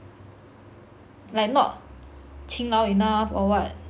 勤劳 enough or what